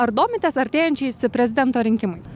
ar domitės artėjančiais prezidento rinkimais